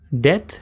Death